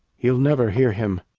he'll never hear him.